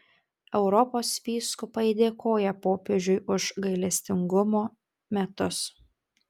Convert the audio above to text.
europos vyskupai dėkoja popiežiui už gailestingumo metus